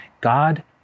God